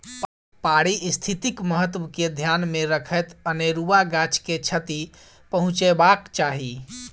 पारिस्थितिक महत्व के ध्यान मे रखैत अनेरुआ गाछ के क्षति पहुँचयबाक चाही